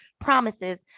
promises